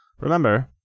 remember